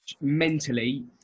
mentally